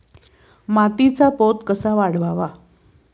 मातीचा पोत कसा वाढवावा?